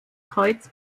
kreuz